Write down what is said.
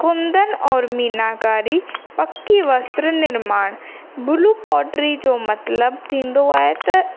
कुंदन और मीनाकारी पकी वस्त्र निर्माण ब्लू पोट्री जो मतिलबु थींदो आहे त